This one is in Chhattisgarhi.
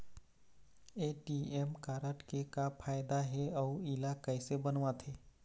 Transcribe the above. ए.टी.एम कारड के का फायदा हे अऊ इला कैसे बनवाथे?